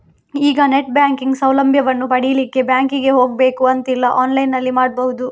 ಈಗ net banking ಸೌಲಭ್ಯವನ್ನು ಪಡೀಲಿಕ್ಕೆ ಬ್ಯಾಂಕಿಗೆ ಹೋಗ್ಬೇಕು ಅಂತಿಲ್ಲ ಆನ್ಲೈನಿನಲ್ಲಿ ಮಾಡ್ಬಹುದು